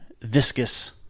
viscous